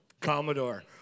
Commodore